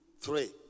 three